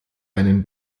einen